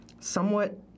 somewhat